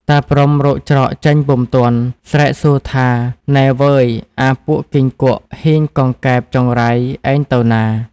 តាព្រហ្មរកច្រកចេញពុំទាន់ ស្រែកសួរថា” នៃវ៉ឺយ! អាពួកគីង្គក់ ហ៊ីងកង្កែប ចង្រៃ ឯងទៅណា ? ”។